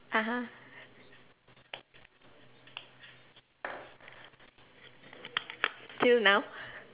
(uh huh) till now